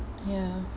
ya